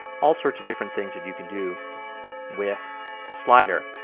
all sorts of different things that you can do with the slider.